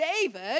David